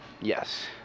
Yes